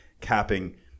capping